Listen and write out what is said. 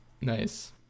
nice